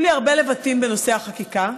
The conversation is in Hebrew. היו לי הרבה לבטים בנושא החקיקה.